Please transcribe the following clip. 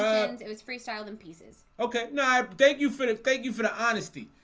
it was freestyling pieces, okay? no, i thank you finish. thank you for the honesty.